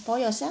for yourself